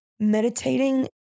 meditating